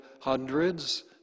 hundreds